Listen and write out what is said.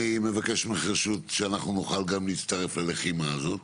אני מבקש ממך רשות שאנחנו נוכל גם להצטרף ללחימה הזאת.